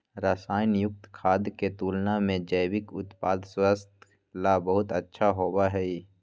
रसायन युक्त खाद्य के तुलना में जैविक उत्पाद स्वास्थ्य ला बहुत अच्छा होबा हई